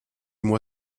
moi